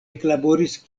eklaboris